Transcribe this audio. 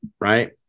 right